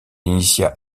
initia